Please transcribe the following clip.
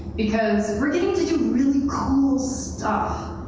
because were getting to do really cool stuff,